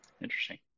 Interesting